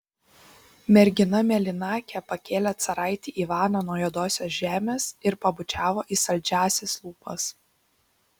mergina mėlynakė pakėlė caraitį ivaną nuo juodosios žemės ir pabučiavo į saldžiąsias lūpas